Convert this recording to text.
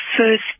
first